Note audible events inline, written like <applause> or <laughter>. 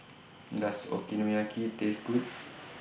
Does Okonomiyaki <noise> Taste Good